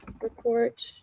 report